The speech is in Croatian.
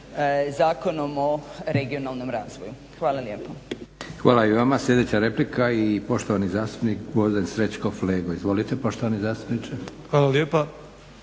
Zakonom o regionalnom razvoju. Hvala lijepa. **Leko, Josip (SDP)** Hvala i vama. Sljedeća replika i poštovani zastupnik Gvozden Srećko Flego. Izvolite poštovani zastupniče. **Flego,